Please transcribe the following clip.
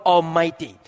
Almighty